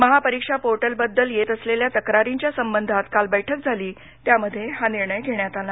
महापरीक्षा portal बद्दल येत असलेल्या तक्रारीच्या संबंधात काल बैठक झाली त्यामध्ये हा निर्णय घेण्यात आला